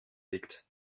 liegt